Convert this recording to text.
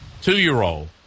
Two-year-old